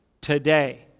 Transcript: today